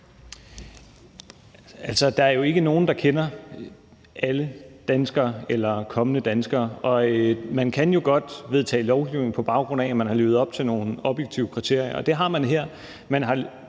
Der er jo ikke nogen, der kender alle danskere eller kommende danskere. Og man kan jo godt vedtage lovgivning, på baggrund af at folk har levet op til nogle objektive kriterier, og det har folk her.